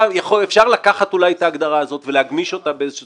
אפשר לקחת אולי את ההגדרה הזאת ולהגמיש אותה באיזושהי